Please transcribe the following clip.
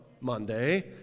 Monday